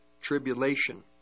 tribulation